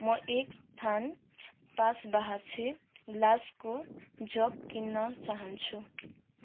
म एक थान पासबाहचे ग्लासको जग किन्न चाहन्छु